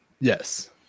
Yes